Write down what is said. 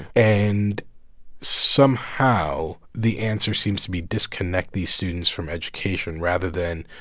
and somehow, the answer seems to be disconnect these students from education rather than,